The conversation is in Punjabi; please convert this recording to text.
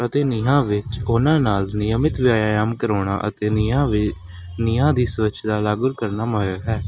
ਅਤੇ ਵਿੱਚ ਉਹਨਾਂ ਨਾਲ ਨਿਯਮਿਤ ਵੀਯਾਮ ਕਰਵਾਉਣਾ ਅਤੇ ਨੀਹਾਂ ਦੀ ਸਵੱਛਤਾ ਲਾਗੂ ਕਰਨਾ ਹੈ